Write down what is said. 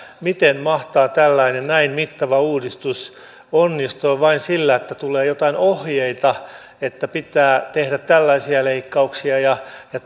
miten mahtaa tällainen näin mittava uudistus onnistua vain sillä että tulee joitain ohjeita että pitää tehdä tällaisia leikkauksia ja ja